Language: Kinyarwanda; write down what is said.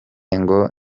ngo